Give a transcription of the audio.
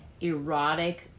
erotic